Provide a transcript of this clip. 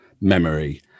memory